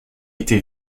été